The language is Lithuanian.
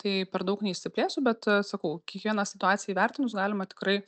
tai per daug neišsiplėsiu bet sakau kiekvieną situaciją įvertinus galima tikrai